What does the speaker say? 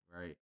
right